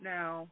Now